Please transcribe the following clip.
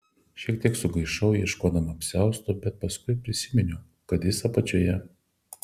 šiek tiek sugaišau ieškodama apsiausto bet paskui prisiminiau kad jis apačioje